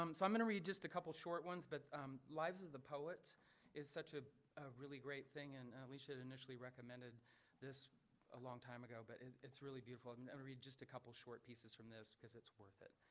um so i'm going to read just a couple short ones, but lives of the poets is such a really great thing. and we should initially recommended this a long time ago, but it's really beautiful to i mean and read just a couple short pieces from this because it's worth it.